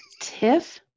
Tiff